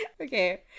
Okay